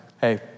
hey